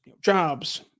jobs